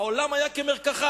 העולם היה כמרקחה.